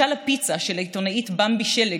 משל הפיצה של העיתונאית במבי שלג,